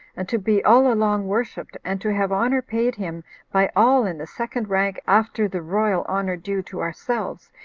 and to be all along worshipped, and to have honor paid him by all in the second rank after the royal honor due to ourselves,